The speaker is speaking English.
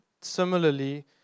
similarly